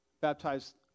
Baptized